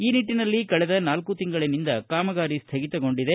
ಈ ನಿಟ್ಟನಲ್ಲಿ ಕಳೆದ ನಾಲ್ಕ ತಿಂಗಳನಿಂದ ಕಾಮಗಾರಿ ಸ್ಥಗಿತಗೊಂಡಿದೆ